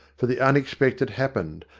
for the unexpected happened,